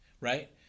right